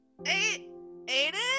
Aiden